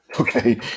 okay